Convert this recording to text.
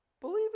Believe